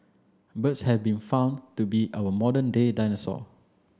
birds have been found to be our modern day dinosaur